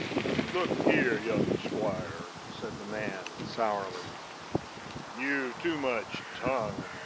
look here, young squire, said the man, sourly you've too much tongue,